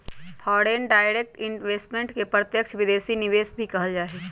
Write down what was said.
foreign direct investment के प्रत्यक्ष विदेशी निवेश भी कहल जा हई